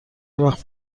وقت